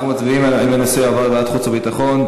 אנחנו מצביעים אם הנושא יועבר לוועדת החוץ וביטחון,